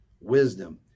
Wisdom